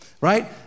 Right